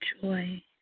joy